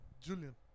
Julian